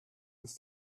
ist